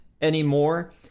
anymore